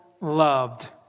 loved